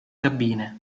cabine